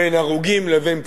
בין הרוגים לבין פצועים,